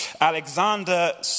Alexander